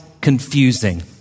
confusing